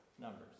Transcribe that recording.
numbers